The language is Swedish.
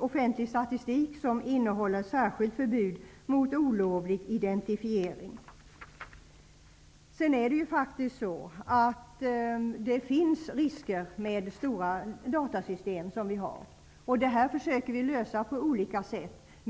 offentlig statistik som innehåller särskilt förbud mot olovlig identifiering. Det är ju faktiskt så att det finns risker med stora datasystem. Det försöker vi lösa på olika sätt.